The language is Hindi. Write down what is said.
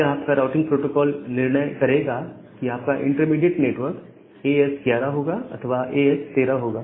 यह आपका राउटिंग प्रोटोकॉल निर्णय करेगा कि आपका इंटरमीडिएट नेटवर्क एएस 11 होगा अथवा एएस 13 होगा